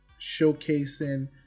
showcasing